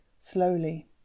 slowly